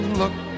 look